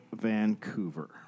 Vancouver